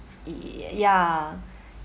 ya